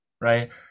right